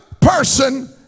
person